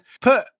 put